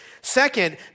Second